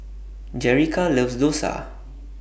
Jerica loves Dosa